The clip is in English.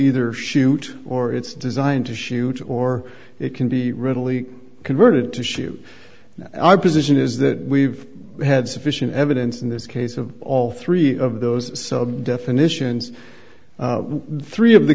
either shoot or it's designed to shoot or it can be readily converted to shoot and i position is that we've had sufficient evidence in this case of all three of those sub definitions three of the